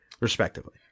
respectively